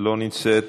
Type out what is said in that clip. לא נמצאת,